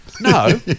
No